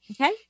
okay